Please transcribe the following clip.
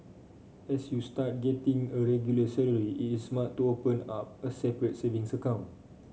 as you start getting a regular salary it is smart to open up a separate savings account